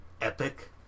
epic